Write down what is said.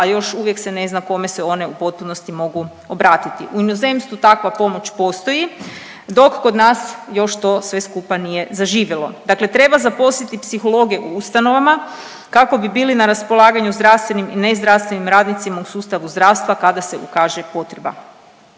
a još uvijek se ne zna kome se one u potpunosti mogu obratiti. U inozemstvu takva pomoć postoji dok kod nas još to sve skupa nije zaživjelo. Dakle, treba zaposliti psihologe u ustanovama kako bi bili na raspolaganju zdravstvenim i nezdravstvenim radnicima u sustavu zdravstva kada se ukaže potreba.